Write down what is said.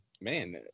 Man